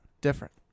Different